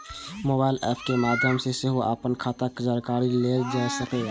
mobile app के माध्य सं सेहो अपन खाता के जानकारी लेल जा सकैए